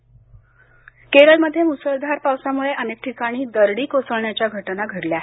केरळ पाऊस केरळमध्ये मुसळधार पावसामुळे अनेक ठिकाणी दरडी कोसळण्याच्या घटना घडली आहेत